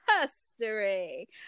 history